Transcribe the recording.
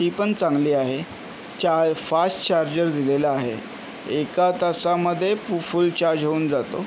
ती पण चांगली आहे चा फास्ट चार्जर दिलेलं आहे एका तासामध्ये फ फुल चार्ज होऊन जातो